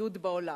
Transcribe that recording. ובידוד בעולם.